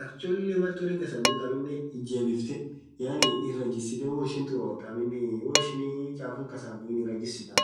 akha cholee mal thurii kasbuthu aminen itajebifthee yaani iraa jistee woishin thurothu woishin chafuu kasa hinbuyii irajisithaa